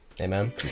Amen